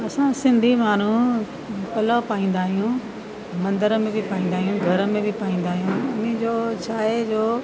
असां सिंधी माण्हू पल्लव पाईंदा आहियूं मंदर में बि पाईंदा आहियूं घर में बि पाईंदा आहियूं उन जो छा आहे जो